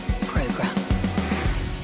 Program